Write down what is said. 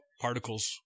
particles